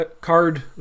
card